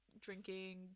drinking